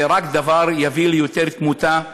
זה רק דבר שיביא ליותר תמותה,